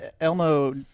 Elmo